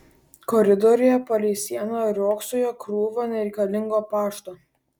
koridoriuje palei sieną riogsojo krūva nereikalingo pašto